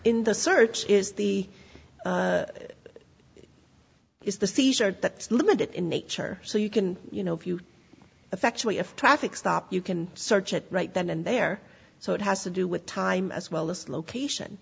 in the search is the is the seizure that's limited in nature so you can you know if you effectually if traffic stop you can search it right then and there so it has to do with time as well as location